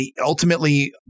ultimately